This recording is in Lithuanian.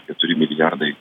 keturi milijardai